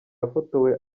yafotowe